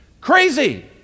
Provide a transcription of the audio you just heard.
crazy